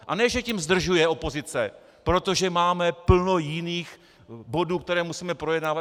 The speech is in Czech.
A ne že tím zdržuje opozice, protože máme plno jiných bodů, které musíme projednávat.